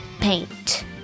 Paint